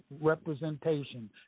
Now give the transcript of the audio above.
representation